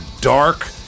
dark